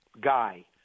guy